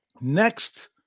next